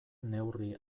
neurri